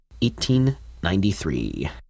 1893